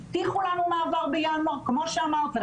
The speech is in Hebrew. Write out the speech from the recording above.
הבטיחו לנו מעבר בינואר כמו שאמרת,